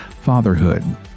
fatherhood